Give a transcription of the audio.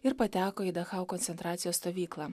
ir pateko į dachau koncentracijos stovyklą